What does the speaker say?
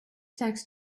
text